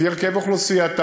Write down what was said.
לפי הרכב אוכלוסייתה,